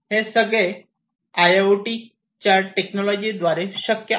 हे सगळे आयआयओटीच्या टेक्नॉलॉजी द्वारे शक्य आहे